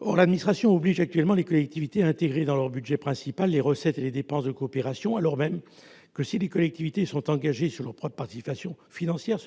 Or l'administration oblige actuellement les collectivités à intégrer dans leur budget principal les recettes et les dépenses de coopération, alors même que, si les collectivités sont engagées sur leurs propres participations financières,